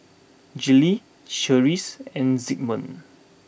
Gillie Clarice and Zigmund